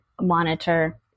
monitor